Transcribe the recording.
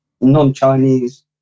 non-Chinese